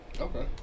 Okay